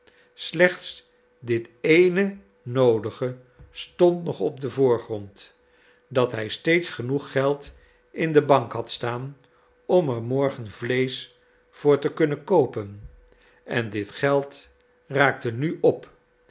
slechts dit ééne noodige stond nog op den voorgrond dat hij steeds genoeg geld in de bank had staan om er morgen vleesch voor te kunnen koopen en dit geld raakte nu op